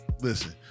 listen